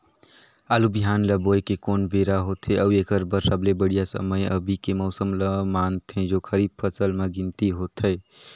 आलू बिहान ल बोये के कोन बेरा होथे अउ एकर बर सबले बढ़िया समय अभी के मौसम ल मानथें जो खरीफ फसल म गिनती होथै?